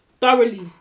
thoroughly